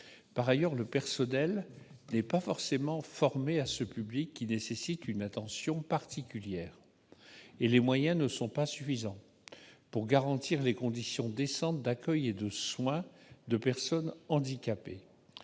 Par ailleurs, le personnel n'est pas nécessairement formé à ce public, qui nécessite une attention toute particulière, et les moyens ne sont pas suffisants pour garantir des conditions décentes d'accueil et de soins. Par parallélisme,